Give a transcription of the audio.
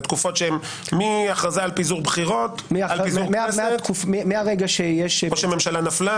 התקופות שהן מהכרזה על פיזור כנסת או שממשלה נפלה.